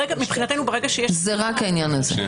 מבחינתנו, ברגע שיש --- זה רק העניין הזה.